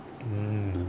mm